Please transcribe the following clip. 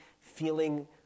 feeling